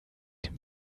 dem